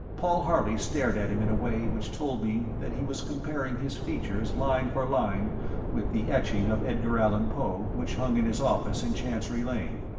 paul harley stared at him in a way which told me that he was comparing his features line for line with the etching of edgar allen poe which hung in his office in chancery lane,